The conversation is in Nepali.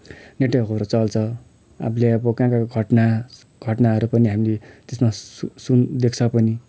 नेटवर्कहरू चल्छ आफूले अब कहाँ कहाँको घटना घटनाहरू पनि हामीले त्यसमा सु सुन देख्छ पनि